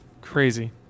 crazy